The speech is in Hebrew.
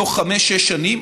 בתוך חמש-שש שנים,